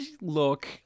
look